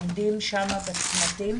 עומדים שם בצמתים,